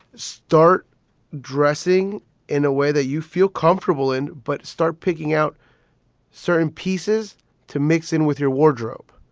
start dressing in a way that you feel comfortable in. but start picking out certain pieces to mix in with your wardrobe.